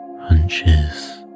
hunches